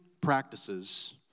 practices